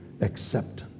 acceptance